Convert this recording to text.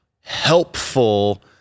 helpful